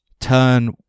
turn